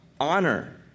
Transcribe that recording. honor